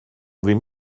ddim